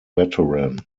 veteran